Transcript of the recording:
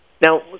Now